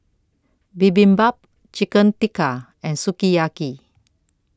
Bibimbap Chicken Tikka and Sukiyaki